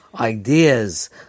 ideas